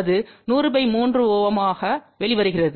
அது 1003 Ω ஆக வெளிவருகிறது